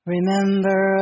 Remember